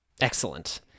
Excellent